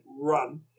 run